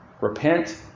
Repent